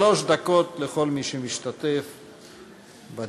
שלוש דקות לכל מי שמשתתף בדיון.